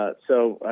ah so,